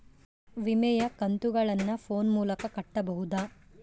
ವಿಮೆಯ ಕಂತುಗಳನ್ನ ಫೋನ್ ಮೂಲಕ ಕಟ್ಟಬಹುದಾ?